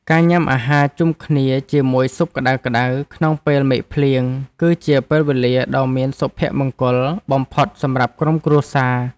ការញ៉ាំអាហារជុំគ្នាជាមួយស៊ុបក្ដៅៗក្នុងពេលមេឃភ្លៀង គឺជាពេលវេលាដ៏មានសុភមង្គលបំផុតសម្រាប់ក្រុមគ្រួសារ។